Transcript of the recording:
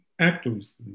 actors